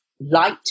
light